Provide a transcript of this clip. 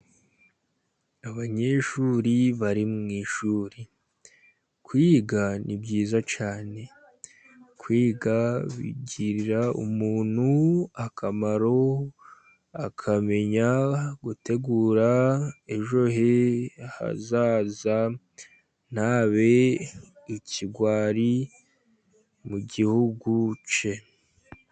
Abanyeshuri bari mu ishuri. Kwiga ni byiza cyane, kwiga bigirira umuntu akamaro, akamenya gutegura ejo he hazaza ntabe ikigwari mu gihugu cye.